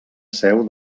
seu